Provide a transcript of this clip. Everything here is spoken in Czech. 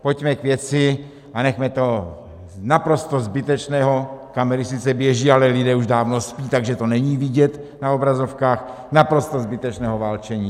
Pojďme k věci a nechme toho naprosto zbytečného kamery sice běží, ale lidé už dávno spí, takže to není vidět na obrazovkách naprosto zbytečného válčení.